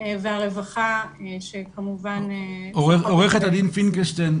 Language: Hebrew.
והרווחה שכמובן --- עורכת הדין פינקלשטיין,